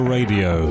Radio